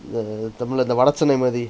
the tamil lah இந்த:intha vada chennai மாறி:maari